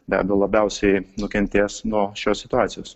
be abejo labiausiai nukentės nuo šios situacijos